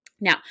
Now